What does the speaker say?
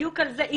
בדיוק על זה,